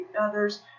others